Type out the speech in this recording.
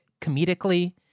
comedically